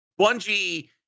Bungie